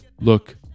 look